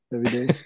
Everyday